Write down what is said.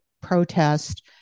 protest